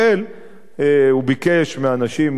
הוא ביקש מאנשים כמוני,